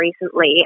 recently